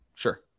Sure